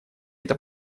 это